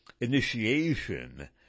initiation